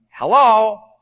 Hello